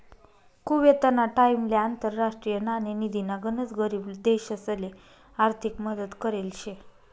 कुवेतना टाइमले आंतरराष्ट्रीय नाणेनिधीनी गनच गरीब देशसले आर्थिक मदत करेल शे